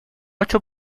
ocho